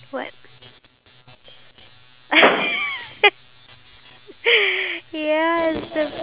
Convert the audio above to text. you should increase the pay that one I really really agree on you know so there would be balance